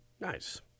Nice